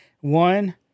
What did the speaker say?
One